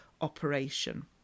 operation